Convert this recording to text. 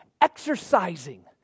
exercising